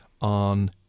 on